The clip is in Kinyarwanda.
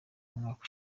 umwaka